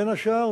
בין השאר,